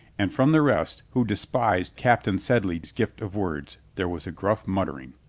and from the rest, who despised captain sedley's gift of words, there was a gruff muttering.